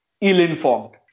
ill-informed